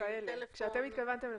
כשאתם התכוונתם לפקס.